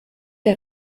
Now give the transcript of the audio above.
der